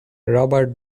robert